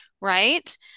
right